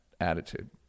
attitude